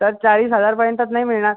तर चाळीस हजारापर्यंतच नाही मिळणार